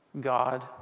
God